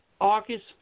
August